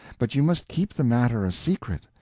but you must keep the matter a secret.